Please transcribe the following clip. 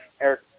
Eric